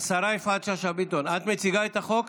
שאשא ביטון, את מציגה את החוק?